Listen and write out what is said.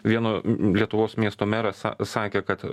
vieno lietuvos miesto meras sakė kad